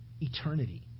Eternity